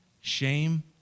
shame